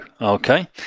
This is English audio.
okay